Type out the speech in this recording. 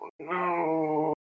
No